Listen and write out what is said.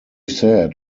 said